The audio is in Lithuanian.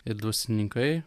ir dvasininkai